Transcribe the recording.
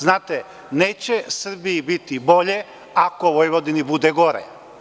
Znate, neće Srbiji biti bolje ako Vojvodini bude gore.